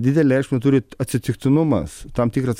didelę reikšmę turi atsitiktinumas tam tikras